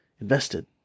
invested